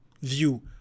view